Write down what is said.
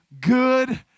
good